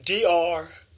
DR